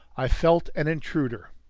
i felt an intruder.